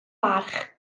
barch